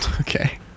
Okay